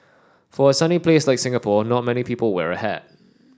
for a sunny place like Singapore not many people wear a hat